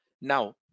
Now